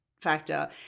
factor